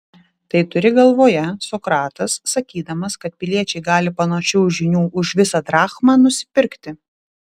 tai turi galvoje sokratas sakydamas kad piliečiai gali panašių žinių už visą drachmą nusipirkti